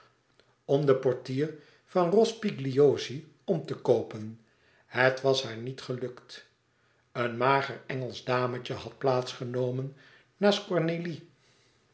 om den portier van rospigliosi om te koopen het was haar niet gelukt een mager engelsch dametje had plaats genomen naast cornélie